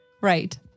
Right